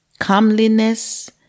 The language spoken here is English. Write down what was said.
Calmliness